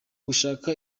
gushaka